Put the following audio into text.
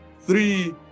three